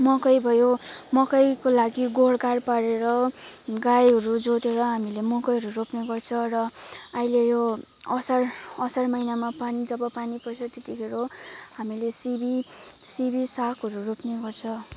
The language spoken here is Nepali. मकै भयो मकैको लागि गोढगाढ पारेर गाईहरू जोतेर हामीले मकैहरू रोप्नेगर्छ र अहिले यो असार असार महिनामा पानी जब पानी पर्छ त्यतिखेर हामीले सिमी सिमी सागहरू रोप्ने गर्छ